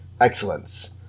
excellence